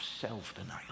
self-denial